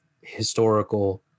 historical